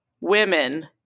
women